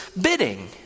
bidding